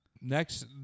Next